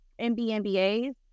MBMBA's